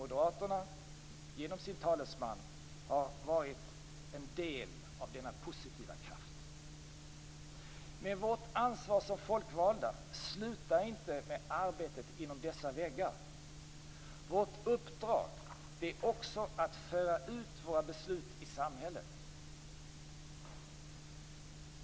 Moderaterna har genom sin talesman varit en del av denna positiva kraft. Men vårt ansvar som folkvalda slutar inte med arbetet inom dessa väggar. Vårt uppdrag är också att föra ut våra beslut i samhället.